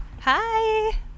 Hi